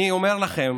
אני אומר לכם